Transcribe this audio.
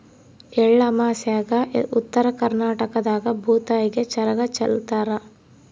ಎಳ್ಳಮಾಸ್ಯಾಗ ಉತ್ತರ ಕರ್ನಾಟಕದಾಗ ಭೂತಾಯಿಗೆ ಚರಗ ಚೆಲ್ಲುತಾರ